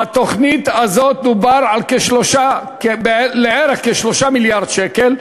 בתוכנית הזאת דובר על כ-3 מיליארד שקל,